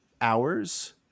hours